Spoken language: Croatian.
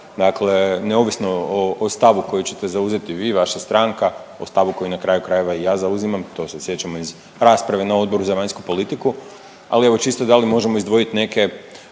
dakle neovisno o stavu koji ćete zauzeti vi i vaša stranka, o stavu koji na kraju krajeva i ja zauzimam, to se sjećamo iz rasprave na Odboru za vanjsku politiku, ali evo čisto da li možemo izdvojit neke